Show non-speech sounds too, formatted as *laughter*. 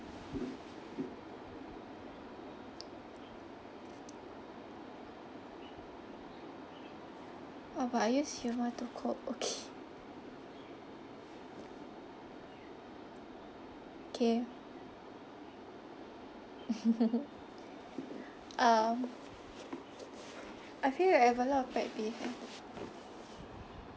oh but I use to call okay okay *laughs* um I feel like I have a lot of pet peeve ah